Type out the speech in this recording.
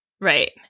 Right